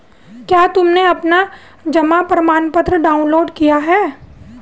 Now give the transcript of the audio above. क्या तुमने अपना जमा प्रमाणपत्र डाउनलोड किया है?